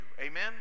Amen